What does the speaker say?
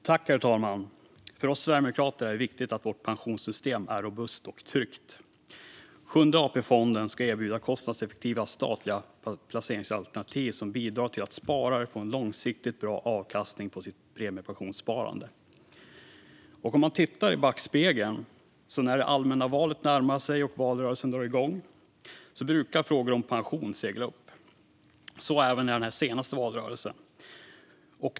Herr talman! För oss sverigedemokrater är det viktigt att vårt pensionssystem är robust och tryggt. Sjunde AP-fonden ska erbjuda kostnadseffektiva statliga placeringsalternativ som bidrar till att sparare får en långsiktigt bra avkastning på sitt premiepensionssparande. Låt oss titta i backspegeln. När det allmänna valet närmar sig och valrörelsen drar igång brukar frågor om pensionen segla upp. Så även i den senaste valrörelsen.